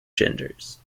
genders